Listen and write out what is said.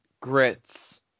Grits